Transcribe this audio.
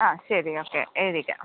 ആ ശരി ഓക്കെ എഴുതിക്കാം